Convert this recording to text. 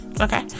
Okay